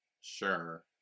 Sure